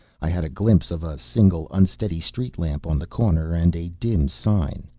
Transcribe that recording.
i had a glimpse of a single unsteady street lamp on the corner, and a dim sign,